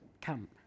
come